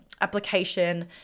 application